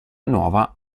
nuova